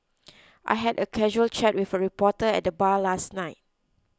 I had a casual chat with a reporter at the bar last night